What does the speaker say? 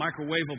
microwavable